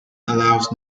allows